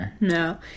No